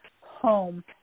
home